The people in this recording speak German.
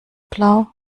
blau